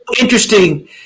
interesting